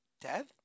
death